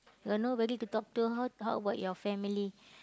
you got nobody to talk how how about your family